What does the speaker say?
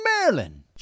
Maryland